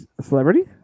celebrity